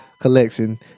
collection